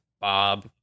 Bob